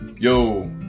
Yo